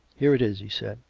here it is, he said.